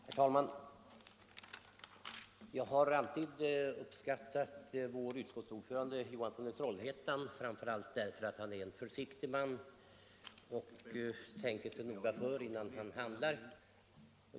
Herr talman! Jag har alltid uppskattat vår utskottsordförande, herr Johansson i Trollhättan — han är en försiktig man som tänker sig noga för innan han handlar.